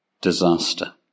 disaster